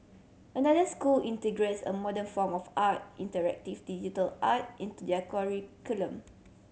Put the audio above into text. another school integrates a modern form of art interactive digital art into their curriculum